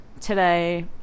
today